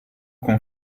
con